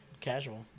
Casual